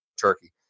turkey